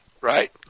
Right